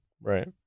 Right